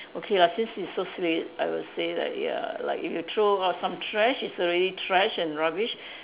okay lah since you so sweet I will say like ya like if you throw out some trash it's already trash and rubbish